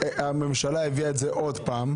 הממשלה הביאה את זה עוד פעם,